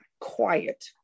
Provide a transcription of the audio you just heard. quiet